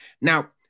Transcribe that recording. Now